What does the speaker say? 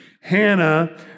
Hannah